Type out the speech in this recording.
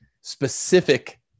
specific